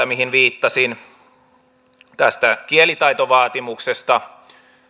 mihin viittasin tästä kielitaitovaatimuksesta